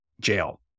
jail